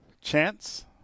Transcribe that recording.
Chance